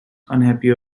unhappy